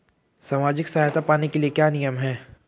सामाजिक सहायता पाने के लिए क्या नियम हैं?